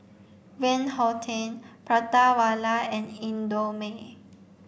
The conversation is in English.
Van Houten Prata Wala and Indomie